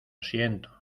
siento